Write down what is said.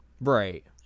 Right